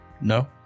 No